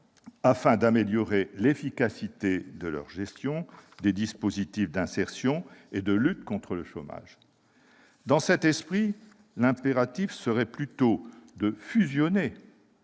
afin d'améliorer l'efficacité de leur gestion, ainsi que des dispositifs d'insertion et de lutte contre le chômage. Dans cet esprit, l'impératif serait plutôt de fusionner